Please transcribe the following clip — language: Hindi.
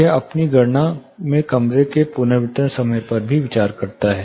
यह अपनी गणना में कमरे के पुनर्वितरण समय पर विचार करता है